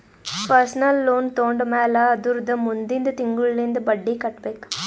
personal loan ತೊಂಡಮ್ಯಾಲ್ ಅದುರ್ದ ಮುಂದಿಂದ್ ತಿಂಗುಳ್ಲಿಂದ್ ಬಡ್ಡಿ ಕಟ್ಬೇಕ್